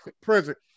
present